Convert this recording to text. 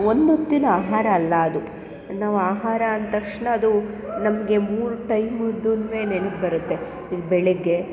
ಒಂದೊತ್ತಿನ ಆಹಾರ ಅಲ್ಲ ಅದು ನಾವು ಆಹಾರ ಅಂದ ತಕ್ಷಣ ಅದು ನಮಗೆ ಮೂರು ಟೈಮುದ್ದುನು ನೆನಪು ಬರುತ್ತೆ ಬೆಳಗ್ಗೆ